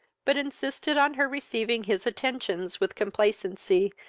but insisted on her receiving his attentions with complacency,